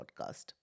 podcast